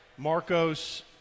Marcos